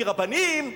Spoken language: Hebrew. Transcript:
כי רבנים,